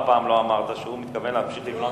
פעם לא אמרת שהוא מתכוון להמשיך לבנות,